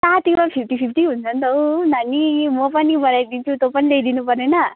fifty fifty हुन्छ नि त हौ नानी म पनि बनाइदिन्छु तँ पनि ल्याइदिनु परेन